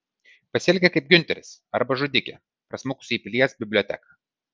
pasielgė kaip giunteris arba žudikė prasmukusi į pilies biblioteką